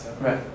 Right